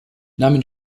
namen